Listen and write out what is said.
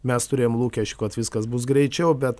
mes turėjom lūkesčių kad viskas bus greičiau bet